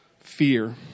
fear